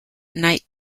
night